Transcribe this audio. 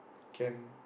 can